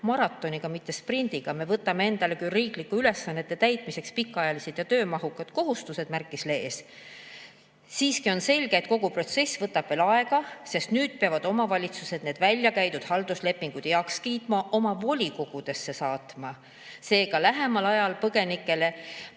maratoniga, mitte sprindiga. Me võtame endale küll riiklike ülesannete täitmiseks pikaajalised ja töömahukad kohustused," märkis Lees, "siiski on selge, et kogu protsess võtab veel aega, sest nüüd peavad omavalitsused need välja käidud halduslepingud heaks kiitma, oma volikogudesse saatma." Seega lähemal ajal põgenikel